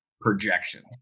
projection